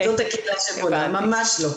ממש לא.